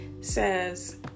says